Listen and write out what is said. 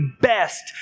best